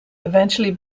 eventually